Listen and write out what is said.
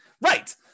Right